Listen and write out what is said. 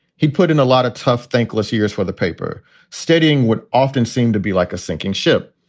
he'd put in a lot of tough, thankless years for the paper stating would often seem to be like a sinking ship.